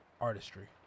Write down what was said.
artistry